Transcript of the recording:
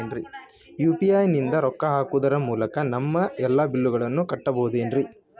UPI ನಿಂದ ರೊಕ್ಕ ಹಾಕೋದರ ಮೂಲಕ ನಮ್ಮ ಎಲ್ಲ ಬಿಲ್ಲುಗಳನ್ನ ಕಟ್ಟಬಹುದೇನ್ರಿ?